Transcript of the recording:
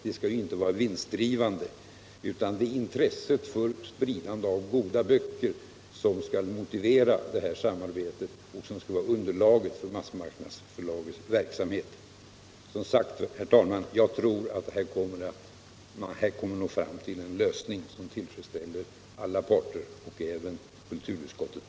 Det skall ju inte vara vinstgivande. Intresset för spridandet av goda böcker skall motivera detta samarbete och vara underlaget för massmarknadsförlagets verksamhet. Herr talman! Jag tror att man här kommer att nå fram till en lösning som tillfredsställer alla parter, även kulturutskottet.